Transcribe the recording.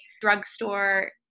drugstore